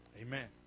Amen